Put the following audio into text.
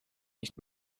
nicht